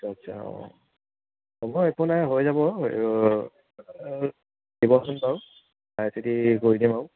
আচ্ছা আচ্ছা অঁ হ'ব একো নাই হৈ যাব দিবচোন বাৰু চাই চিতি কৰি দিম বাৰু